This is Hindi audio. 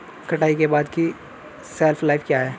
कटाई के बाद की शेल्फ लाइफ क्या है?